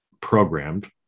programmed